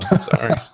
sorry